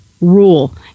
rule